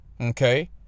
Okay